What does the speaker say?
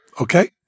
Okay